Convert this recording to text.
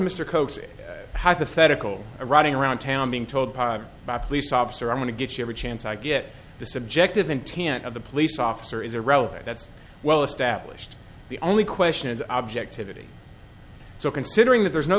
coaxing hypothetical or running around town being told by police officer i'm going to get every chance i get the subjective intent of the police officer is irrelevant that's well established the only question is objectivity so considering that there is no